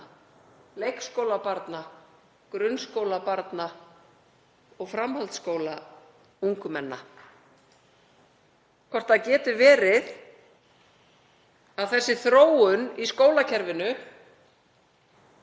leikskólabarna, grunnskólabarna og framhaldsskóla ungmenna. Hvort það geti verið að þessi þróun í skólakerfinu